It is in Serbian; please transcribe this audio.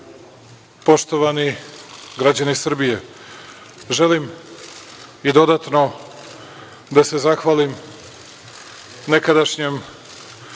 poštovani građani Srbije, želim i dodatno da se zahvalim nekadašnjem